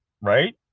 right